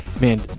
man